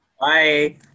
bye